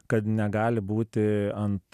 kad negali būti ant